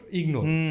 ignore